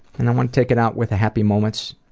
and i wanna take it out with a happy moments